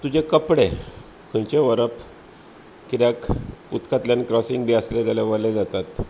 तुजे कपडे खंयचे व्हरप कित्याक उदकांतल्यान क्रॉसींग बी आसले जाल्यार वोले जातात